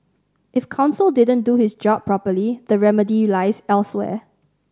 if counsel didn't do his job properly the remedy lies elsewhere